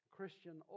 Christian